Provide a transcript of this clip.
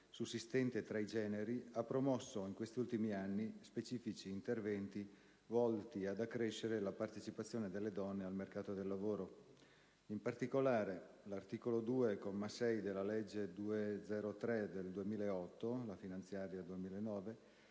sussistente tra i generi - ha promosso, in questi ultimi anni, specifici interventi volti ad accrescere la partecipazione delle donne al mercato del lavoro. In particolare, l'articolo 2, comma 6, della legge n. 203 del 2008 (legge finanziaria 2009)